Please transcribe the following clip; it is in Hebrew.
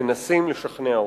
מנסים לשכנע אותנו.